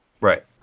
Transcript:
Right